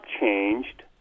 changed